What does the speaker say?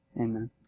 Amen